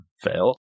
Fail